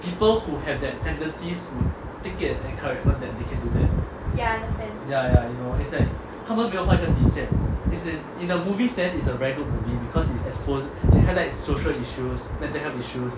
people who have that tendencies to take it as an encouragement that they can do that ya ya you know is like 他们没有画那个底线 in the movie sense it's a very good movie because it expose it highlights social issues mental health issues